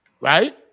right